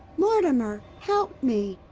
mortimer, help me!